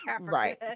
right